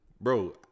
Bro